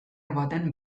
baten